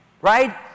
Right